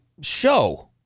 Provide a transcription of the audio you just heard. show